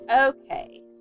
Okay